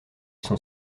sont